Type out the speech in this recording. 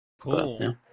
Cool